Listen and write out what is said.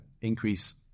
increase